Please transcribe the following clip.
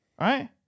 right